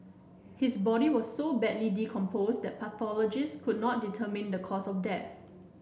his body was so badly decomposed that pathologists could not determine the cause of death